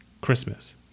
Christmas